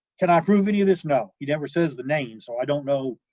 can i prove any of this? no, he never says the name, so i don't know,